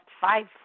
five